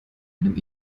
einem